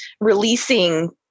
releasing